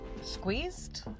squeezed